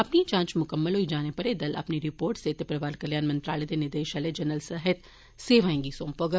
अपनी जांच मुकम्मल होई जाने उप्पर एह् दल अपनी रिपोर्ट सेहत ते परिवार कल्याण मंत्रालय दे निदेशालय जनरल सेहत सेवाए गी सौंपग